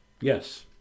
Yes